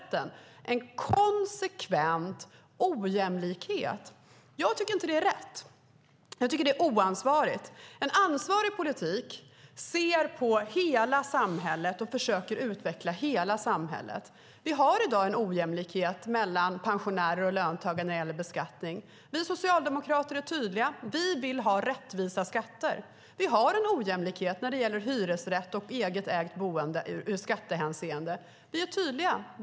Skillnaden innebär en konsekvent ojämlikhet. Jag tycker inte att det är rätt. Jag tycker att det är oansvarigt. Med en ansvarig politik försöker man utveckla hela samhället. Det finns i dag en ojämlikhet mellan pensionärer och löntagare när det gäller beskattning. Vi socialdemokrater är tydliga. Vi vill ha rättvisa skatter. Det finns en ojämlikhet ur skattehänseende när det gäller hyresrätt och eget ägt boende. Vi är tydliga.